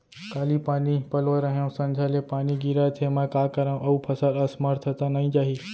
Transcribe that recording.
काली पानी पलोय रहेंव, संझा ले पानी गिरत हे, मैं का करंव अऊ फसल असमर्थ त नई जाही?